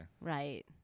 Right